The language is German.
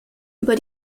über